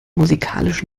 musikalisch